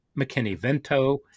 McKinney-Vento